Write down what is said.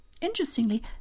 Interestingly